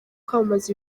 kwamamaza